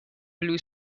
blue